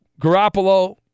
Garoppolo